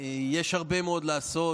יש הרבה מאוד לעשות,